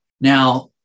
Now